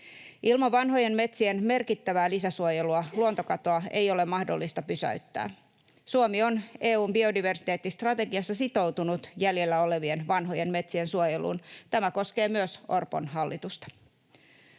Ilman vanhojen metsien merkittävää lisäsuojelua luontokatoa ei ole mahdollista pysäyttää. Suomi on EU:n biodiversiteettistrategiassa sitoutunut jäljellä olevien vanhojen metsien suojeluun. Tämä koskee myös Orpon hallitusta.